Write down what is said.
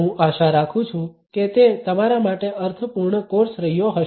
હું આશા રાખું છું કે તે તમારા માટે અર્થપૂર્ણ કોર્સ રહ્યો હશે